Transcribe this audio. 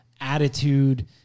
attitude